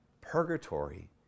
Purgatory